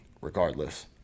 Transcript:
regardless